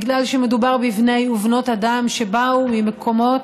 בגלל שמדובר בבני ובנות אדם שבאו ממקומות